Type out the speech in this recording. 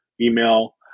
email